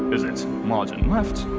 is it margin left,